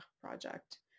project